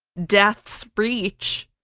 death's breach,